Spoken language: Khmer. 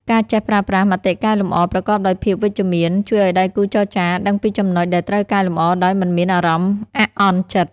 ការចេះប្រើប្រាស់ "មតិកែលម្អ" ប្រកបដោយភាពវិជ្ជមាន ជួយឱ្យដៃគូចរចាដឹងពីចំណុចដែលត្រូវកែលម្អដោយមិនមានអារម្មណ៍អាក់អន់ចិត្ត។